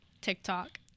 tiktok